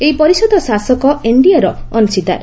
ଏହି ପରିଷଦ ଶାସକ ଏନ୍ଡିଏର ଏକ ଅଂଶୀଦାର